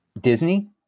Disney